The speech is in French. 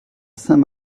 saint